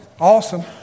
Awesome